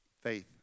Faith